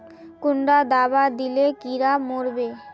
कुंडा दाबा दिले कीड़ा मोर बे?